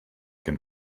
can